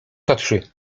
toczy